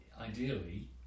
ideally